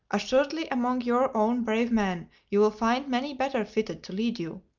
assuredly among your own brave men you will find many better fitted to lead you.